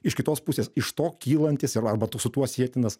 iš kitos pusės iš to kylantis ir arba su tuo sietinas